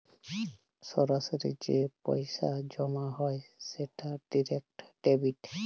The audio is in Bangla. সরাসরি যে পইসা জমা হ্যয় সেট ডিরেক্ট ডেবিট